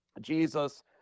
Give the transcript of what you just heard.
Jesus